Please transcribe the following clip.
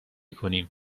کنیم